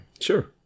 Sure